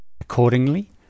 Accordingly